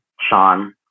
Sean